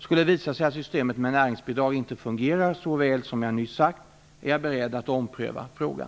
Skulle det visa sig att systemet med näringsbidrag inte fungerar så väl som jag nyss har sagt, är jag beredd att ompröva frågan.